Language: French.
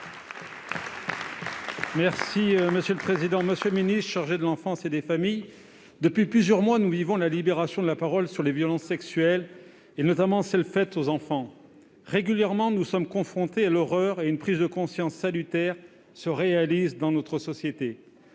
Monsieur le secrétaire d'État chargé de l'enfance et des familles, depuis plusieurs mois, nous vivons la libération de la parole sur les violences sexuelles, notamment celles qui sont faites aux enfants. Régulièrement, nous sommes confrontés à l'horreur ; une prise de conscience salutaire se réalise dans notre société.